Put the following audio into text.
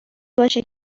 باشه